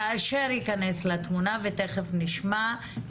כאשר ייכנס לתמונה ותיכף נשמע,